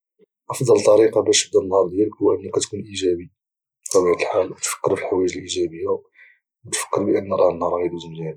افضل طريقة باش تبدا النهار ديالك هو انك تكون ايجابي بطبيعة الحال تفكر في الحوايج الإيجابية او تفكر ان راه النهار غيدوز مزيان